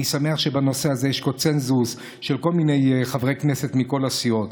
אני שמח שבנושא הזה יש קונסנזוס של כל מיני חברי כנסת מכל הסיעות.